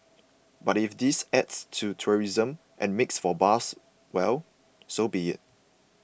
but if this adds to tourism and makes for buzz well so be it